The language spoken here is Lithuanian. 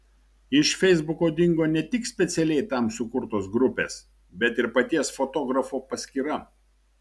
iš feisbuko dingo ne tik specialiai tam sukurtos grupės bet ir paties fotografo paskyra